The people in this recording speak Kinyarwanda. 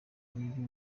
uburyo